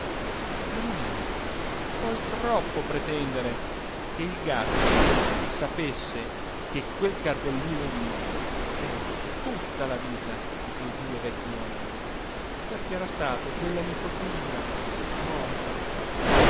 e non era poi troppo pretendere che il gatto sapesse che quel cardellino lì era tutta la vita di quei due vecchi nonni perché era stato della nipotina morta